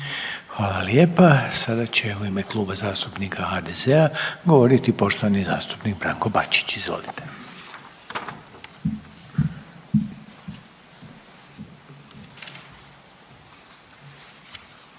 Hvala lijepa. Sada će u ime Kluba zastupnika HDZ-a govoriti poštovani zastupnik Branko Bačić, izvolite.